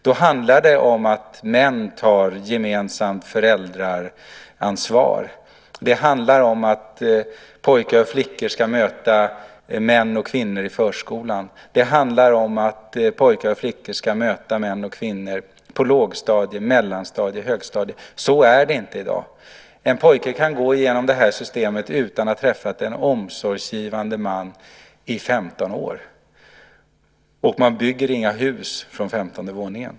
Det handlar om att män tar gemensamt föräldraansvar, att pojkar och flickor ska möta män och kvinnor i förskolan och att pojkar och flickor ska möta män och kvinnor på lågstadiet, mellanstadiet och högstadiet. Så är det inte i dag. En pojke kan gå igenom systemet i 15 år utan att ha träffat en omsorgsgivande man. Man bygger inga hus från femtonde våningen.